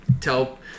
tell